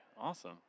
awesome